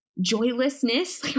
joylessness